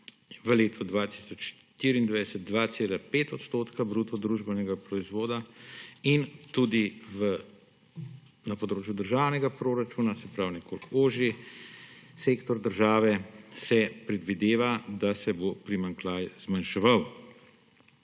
v letu 2024 2,5 % bruto družbenega proizvoda. Tudi na področju državnega proračuna, se pravi nekoliko ožji sektor država, se predvideva, da se bo primanjkljaj zmanjševal.